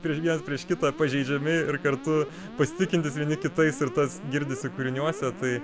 ir viens prieš kitą pažeidžiami ir kartu pasitikintys vieni kitais ir tas girdisi kūriniuose tai